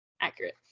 accurate